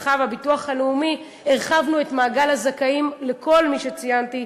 משרד הרווחה והביטוח הלאומי הרחבנו את מעגל הזכאים לכל מי שציינתי,